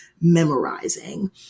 memorizing